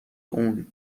اون